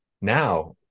now